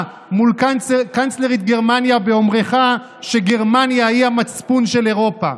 מול קנצלרית גרמניה באומרך שגרמניה היא המצפון של אירופה.